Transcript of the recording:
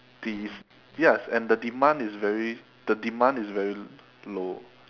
these ya and the demand is very the demand is very low